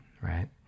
right